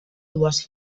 dues